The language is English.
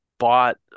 bought